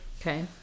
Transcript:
Okay